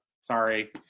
Sorry